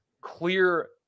clear